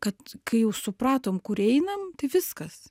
kad kai jau supratom kur einam tai viskas